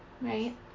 right